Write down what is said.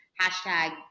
hashtag